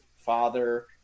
father